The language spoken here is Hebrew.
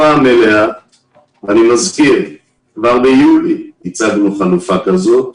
אני מזכיר שכבר ביולי הצגנו חלופה כזאת.